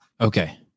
Okay